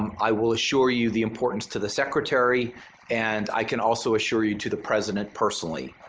um i will assure you the importance to the secretary and i can also assure you to the president personally.